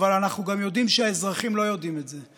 אבל אנחנו גם יודעים שהאזרחים לא יודעים את זה.